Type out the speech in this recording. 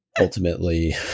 ultimately